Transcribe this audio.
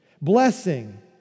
blessing